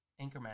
Anchorman